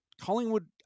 Collingwood